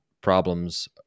problems